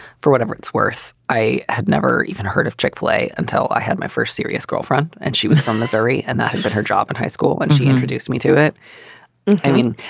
for whatever it's worth, i had never even heard of chick-fil-a until i had my first serious girlfriend and she was from missouri and that but her job in high school and she introduced me to it i mean,